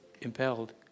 impelled